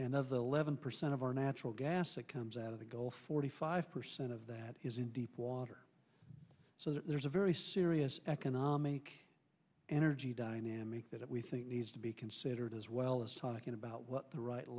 and of the eleven percent of our natural gas that comes out of the gulf forty five percent of that is in deep water so there's a very serious economic energy dynamic that we think needs to be considered as well as talking about what the right